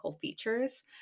features